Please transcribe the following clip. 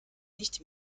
nicht